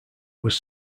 was